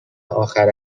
آخر